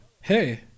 hey